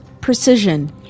precision